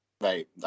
Right